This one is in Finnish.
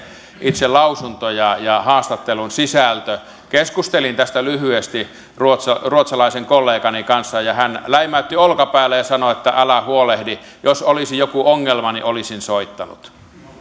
itse lausunto ja ja haastattelun sisältö keskustelin tästä lyhyesti ruotsalaisen ruotsalaisen kollegani kanssa hän läimäytti olkapäälle ja sanoi että älä huolehdi jos olisi joku ongelma niin olisin soittanut